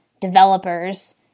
developers